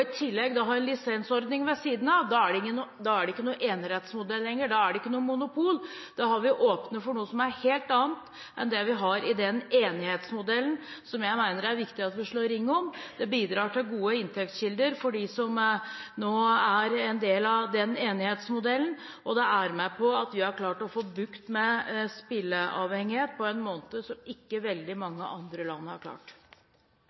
i tillegg ha en lisensordning ved siden av – da er det ikke lenger noen enerettsmodell, da er det ikke noe monopol. Da har vi åpnet for noe som er noe helt annet enn det vi har i enerettsmodellen, som jeg mener det er viktig at vi slår ring om. Den bidrar til gode inntektskilder for dem som nå er en del av den enerettsmodellen, og den bidro til at vi nå har klart å få bukt med spilleavhengighet på en måte som ikke veldig mange andre land har klart.